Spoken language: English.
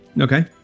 Okay